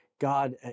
God